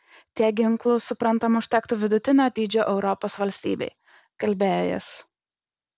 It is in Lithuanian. tiek ginklų suprantama užtektų vidutinio dydžio europos valstybei kalbėjo jis